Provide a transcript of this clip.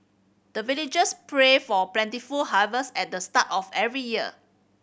the villagers pray for plentiful harvest at the start of every year